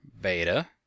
beta